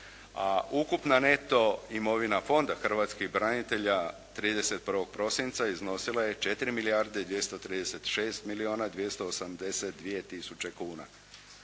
ukupna neto imovina Fonda hrvatskih branitelja 31. prosinca iznosila je 4 milijarde 236 milijuna 282 tisuće kuna.